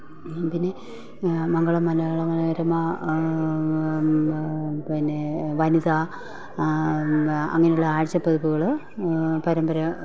പിന്നെ മംഗളം മലയാള മനോരമ പിന്നെ വനിത അങ്ങനെ ഉള്ള ആഴ്ചപ്പതിപ്പുകൾ പരമ്പര